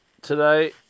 today